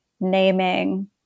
naming